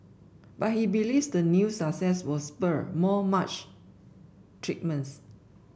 but he believes the new success will spur more much treatments